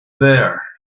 there